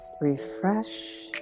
refresh